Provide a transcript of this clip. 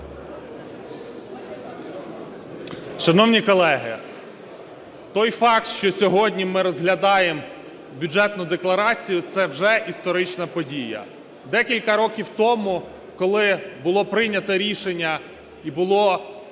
Шановні колеги, той факт, що сьогодні ми розглядаємо Бюджетну декларацію, – це вже історична подія. Декілька років тому, коли було прийнято рішення і було